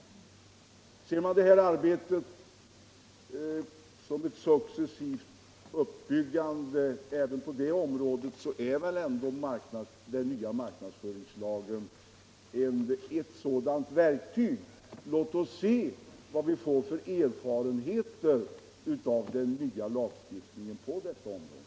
Betraktar man det här arbetet som ett successivt uppbyggande även på det området är väl den nya marknadsföringslagen ett värdefullt verktyg. Låt oss se vad vi får för erfarenheter av den nya lagstiftningen på området!